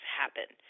happen